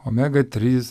omega trys